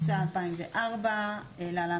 התשס"ה 2004 (להלן,